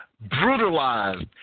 brutalized